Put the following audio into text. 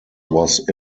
was